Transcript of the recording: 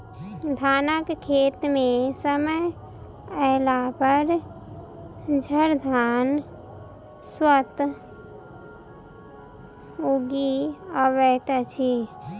धानक खेत मे समय अयलापर झड़धान स्वतः उगि अबैत अछि